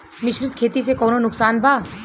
मिश्रित खेती से कौनो नुकसान बा?